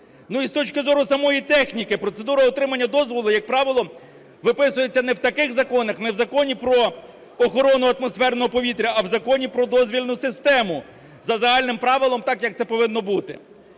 Ну, і з точки зору самої техніки. Процедура отримання дозволу, як правило, виписується не в таких законах, не в Законі про охорону атмосферного повітря, а в Законі про дозвільну систему за загальним правилом, так, як це повинно бути.